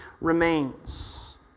remains